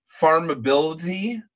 farmability